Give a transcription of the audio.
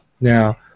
Now